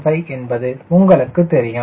75 என்பது உங்களுக்கு தெரியும்